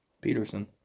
Peterson